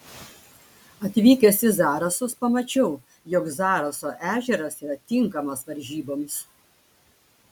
atvykęs į zarasus pamačiau jog zaraso ežeras yra tinkamas varžyboms